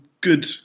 good